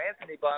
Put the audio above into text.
Anthony